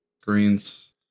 Screens